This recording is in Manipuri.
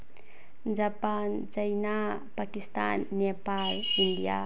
Japan China Pakistan Nepal India